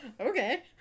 Okay